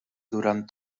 durant